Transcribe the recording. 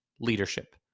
Leadership